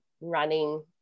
running